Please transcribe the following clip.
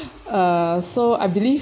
uh so I believe